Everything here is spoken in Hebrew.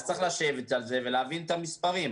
אז צריך לשבת על זה ולהבין את המספרים.